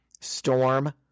Storm